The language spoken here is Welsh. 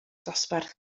dosbarth